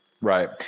Right